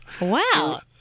Wow